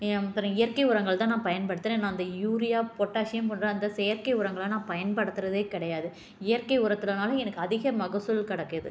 அப்புறம் இயற்கை உரங்கள்தான் நான் பயன்படுத்துகிறேன் நான் இந்த யூரியா பொட்டாஷியம் போன்ற அந்த செயற்கை உரங்களை நான் பயன்படுத்துறது கிடையாது இயற்கை உரத்தினால எனக்கு அதிக மகசூல் கிடைக்கிது